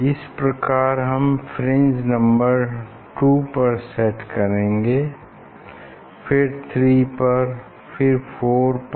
इस प्रकार हम फ्रिंज नंबर 2 पर सेट करेंगे फिर 3 पर फिर 4 पर